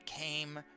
came